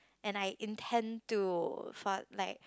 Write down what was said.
and I intend to for like